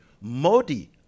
Modi